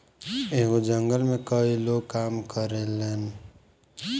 एगो जंगल में कई लोग काम करेलन